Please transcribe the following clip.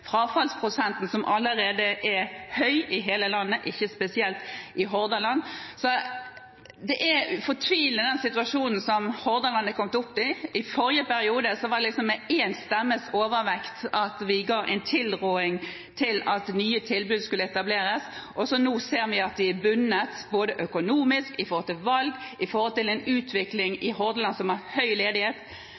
frafallsprosenten, som allerede er høy i hele landet, ikke spesielt i Hordaland. Det er en fortvilet situasjon Hordaland har kommet opp i. I forrige periode var det med én stemmes overvekt vi ga tilråding om at nye tilbud skulle etableres. Nå ser vi at de er bundet, både økonomisk og når det gjelder valg og utvikling i Hordaland, som har høy ledighet